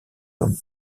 comme